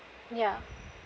ya